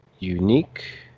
unique